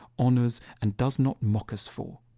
honors and does not mock us for.